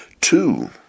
Two